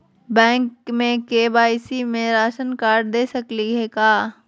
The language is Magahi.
बैंक में के.वाई.सी में राशन कार्ड दे सकली हई का?